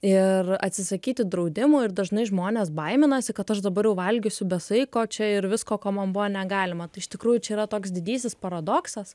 ir atsisakyti draudimų ir dažnai žmonės baiminasi kad aš dabar jau valgysiu be saiko čia ir visko ko man buvo negalima tai iš tikrųjų čia yra toks didysis paradoksas